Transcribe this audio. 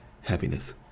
happiness